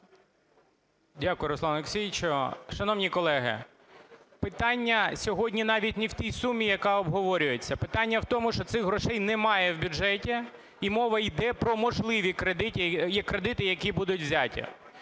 Дякую, Руслане Олексійовичу. Шановні колеги, питання сьогодні навіть не в тій сумі, яка обговорюється. Питання в тому, що цих грошей немає в бюджеті, і мова йде про можливі кредити, які будуть взяті.